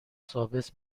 ثابت